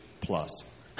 plus